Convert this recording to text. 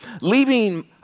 leaving